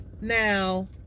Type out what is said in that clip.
now